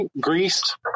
Greece